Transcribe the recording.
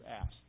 asked